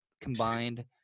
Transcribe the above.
combined